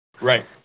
Right